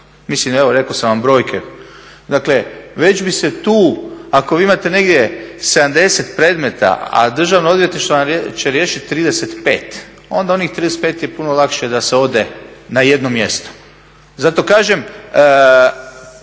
mislim evo rekao sam vam brojke. Dakle već bi se tu ako vi imate negdje 70 predmeta, a Državno odvjetništvo će riješiti 35 onda je onih 35 je puno lakše da se ode na jednom mjesto. Zato kažem